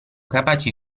capaci